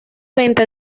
venta